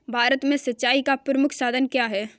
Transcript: भारत में सिंचाई का प्रमुख साधन क्या है?